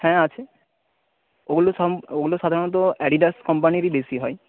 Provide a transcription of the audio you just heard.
হ্যাঁ আছে ওগুলো ওগুলো সাধারণত অ্যাডিডাস কোম্পানিরই বেশি হয়